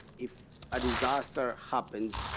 if a disaster happens,